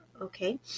okay